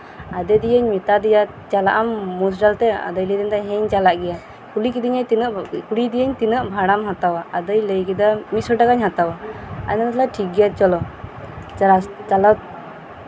ᱟᱫᱚ ᱫᱤᱭᱮᱧ ᱢᱮᱛᱟ ᱫᱮᱭᱟ ᱪᱟᱞᱟᱜ ᱟᱢ ᱢᱚᱥᱰᱟᱞ ᱛᱮ ᱟᱫᱚᱭ ᱞᱟᱹᱭ ᱠᱮᱫᱟ ᱦᱮᱸ ᱪᱟᱞᱟᱜ ᱜᱤᱭᱟᱹᱧ ᱠᱩᱞᱤ ᱠᱮᱫᱮᱭᱟᱹᱧ ᱛᱤᱱᱟᱜ ᱵᱷᱟᱲᱟᱢ ᱦᱟᱛᱟᱣᱟ ᱟᱫᱚᱭ ᱞᱟᱹᱭ ᱠᱮᱫᱟ ᱢᱤᱫ ᱥᱚ ᱴᱟᱠᱟᱧ ᱦᱟᱛᱟᱣᱟ ᱟᱫᱚᱧ ᱞᱟᱹᱭ ᱠᱮᱫᱟ ᱴᱷᱤᱠ ᱜᱮᱭᱟ ᱪᱚᱞᱚ